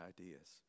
ideas